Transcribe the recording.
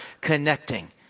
connecting